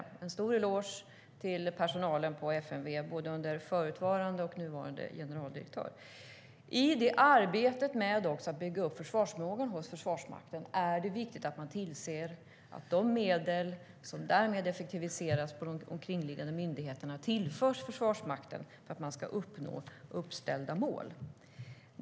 Jag vill ge en stor eloge till personalen på FMV under både förutvarande och nuvarande generaldirektör. I arbetet med att bygga upp försvarsförmågan hos Försvarsmakten är det viktigt att man tillser att de medel som därmed effektiviseras på de omkringliggande myndigheterna tillförs Försvarsmakten för att uppnå uppställda mål.